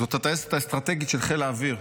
זאת הטייסת האסטרטגית של חיל האוויר.